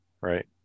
Right